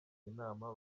inama